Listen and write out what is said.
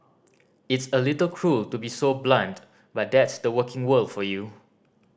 it's a little cruel to be so blunt but that's the working world for you